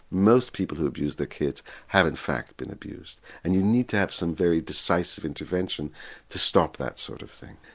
most people who abuse their kids have in fact been abused and you need to have some very decisive intervention to stop that sort of thing.